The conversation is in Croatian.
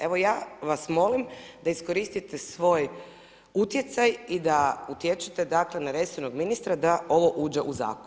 Evo ja vas molim da iskoristite svoj utjecaj i da utječete dakle na resornog ministra da ovo uđe u zakon.